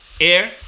air